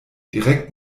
direkt